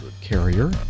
carrier